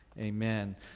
Amen